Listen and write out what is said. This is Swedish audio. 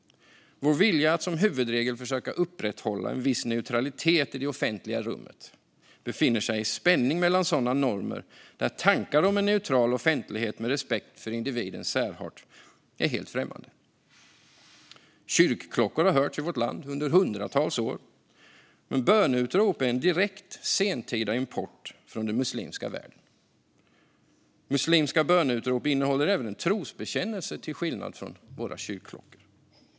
Vår vilja att som huvudregel försöka upprätthålla en viss neutralitet i det offentliga rummet befinner sig i spänning gentemot sådana normer där tankar om en neutral offentlighet med respekt för individens särart är helt främmande. Kyrkklockor har hörts i vårt land under hundratals år, men böneutrop är en direkt sentida import från den muslimska världen. Muslimska böneutrop innehåller även en trosbekännelse, till skillnad från våra kyrkklockor.